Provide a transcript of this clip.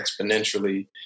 exponentially